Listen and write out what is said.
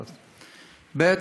ב.